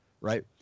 right